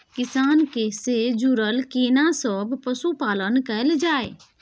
किसान से जुरल केना सब पशुपालन कैल जाय?